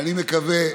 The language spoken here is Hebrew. אני מקווה,